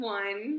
one